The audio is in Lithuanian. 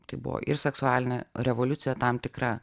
tai buvo ir seksualinė revoliucija tam tikra